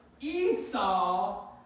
Esau